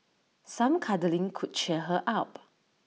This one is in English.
some cuddling could cheer her up